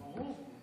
ברור.